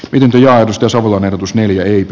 yliarvostus on lohdutus neliöitä